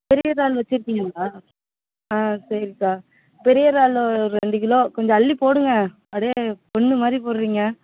பெரிய றால் வச்சிருக்கீங்களா ஆ சரிக்கா பெரிய றாலு ரெண்டு கிலோ கொஞ்சம் அள்ளி போடுங்கள் அப்படியே மாதிரி போடுறீங்க